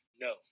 no